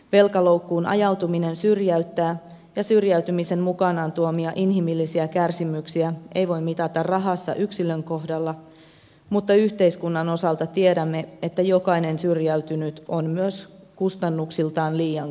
velkaloukkuun ajautuminen syrjäyttää ja syrjäytymisen mukanaan tuomia inhimillisiä kärsimyksiä ei voi mitata rahassa yksilön kohdalla mutta yhteiskunnan osalta tiedämme että jokainen syrjäytynyt on myös kustannuksiltaan liian kallis